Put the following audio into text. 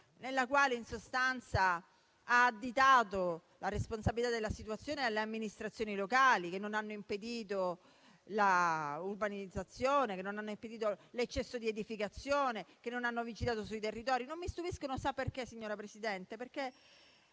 sostanza, ha addossato la responsabilità della situazione alle amministrazioni locali che non hanno impedito l'urbanizzazione e l'eccesso di edificazione, che non hanno vigilato sui territori. Sa perché non mi stupiscono, signora Presidente?